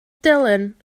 dylan